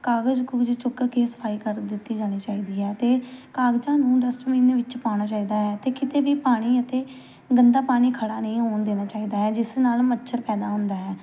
ਕਾਗਜ਼ ਕੁਗਜ਼ ਚੁੱਕ ਕੇ ਸਫ਼ਾਈ ਕਰ ਦਿੱਤੀ ਜਾਣੀ ਚਾਹੀਦੀ ਹੈ ਅਤੇ ਕਾਗਜ਼ਾਂ ਨੂੰ ਡਸਟਬਿਨ ਦੇ ਵਿੱਚ ਪਾਉਣਾ ਚਾਹੀਦਾ ਹੈ ਅਤੇ ਕਿਤੇ ਵੀ ਪਾਣੀ ਅਤੇ ਗੰਦਾ ਪਾਣੀ ਖੜ੍ਹਾ ਨਹੀਂ ਹੋਣ ਦੇਣਾ ਚਾਹੀਦਾ ਹੈ ਜਿਸ ਨਾਲ ਮੱਛਰ ਪੈਦਾ ਹੁੰਦਾ ਹੈ